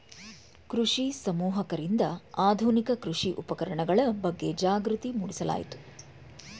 ಕೃಷಿ ಸಮೂಹಕರಿಂದ ಆಧುನಿಕ ಕೃಷಿ ಉಪಕರಣಗಳ ಬಗ್ಗೆ ಜಾಗೃತಿ ಮೂಡಿಸಲಾಯಿತು